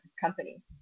company